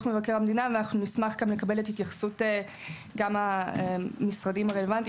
מבקר המדינה ונשמח גם לקבל את התייחסות המשרדים הרלוונטיים,